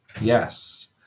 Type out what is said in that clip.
Yes